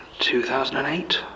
2008